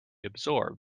absorbed